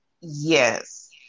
yes